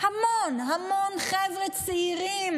המון חבר'ה צעירים,